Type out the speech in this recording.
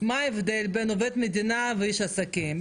מה ההבדל בין עובד מדינה ואיש עסקים?